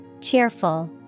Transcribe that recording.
Cheerful